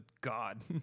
God